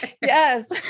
Yes